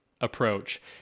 approach